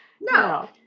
no